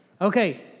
Okay